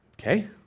Okay